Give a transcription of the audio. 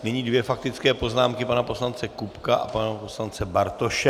Nyní dvě faktické poznámky pana poslance Kupky a pana poslance Bartoše.